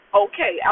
okay